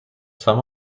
some